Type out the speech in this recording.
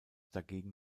dagegen